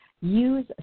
use